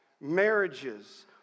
marriages